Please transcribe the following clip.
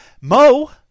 Mo